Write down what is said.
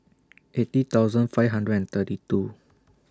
eighty thousand five hundred and thirty two